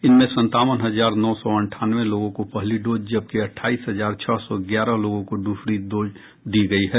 इनमें संतावन हजार नौ सौ अंठानवे लोगों को पहली डोज जबकि अट्ठाईस हजार छह सौ ग्यारह लोगों को दूसरी डोज दी गयी है